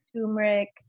turmeric